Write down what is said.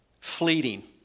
fleeting